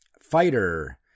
Fighter